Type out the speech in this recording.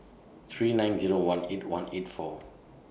three nine Zero one eight one eight four